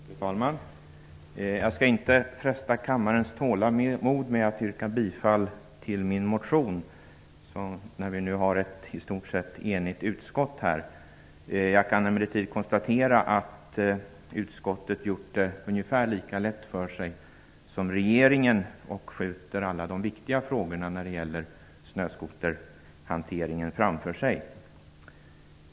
Fru talman! Jag skall inte fresta kammarens tålamod med att yrka bifall till min motion, eftersom utskottet i stort sett är enigt. Jag kan emellertid konstatera att utskottet har gjort det ungefär lika lätt för sig som regeringen. Man skjuter alla de viktiga frågorna kring snöskoterhanteringen framför sig.